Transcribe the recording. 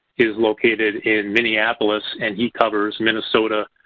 is located in minneapolis and he covers minnesota,